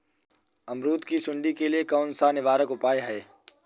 अमरूद की सुंडी के लिए कौन सा निवारक उपाय है?